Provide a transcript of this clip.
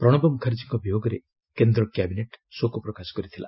ପ୍ରଣବ ମୁଖାର୍ଜୀଙ୍କ ବିୟୋଗରେ କେନ୍ଦ୍ର କ୍ୟାବିନେଟ୍ ଶୋକ ପ୍ରକାଶ କରିଥିଲା